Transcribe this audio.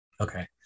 Okay